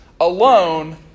Alone